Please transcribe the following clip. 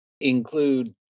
include